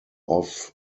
off